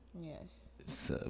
Yes